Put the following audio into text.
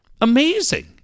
amazing